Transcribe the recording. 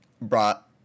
brought